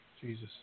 Jesus